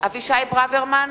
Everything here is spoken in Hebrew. אבישי ברוורמן,